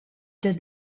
did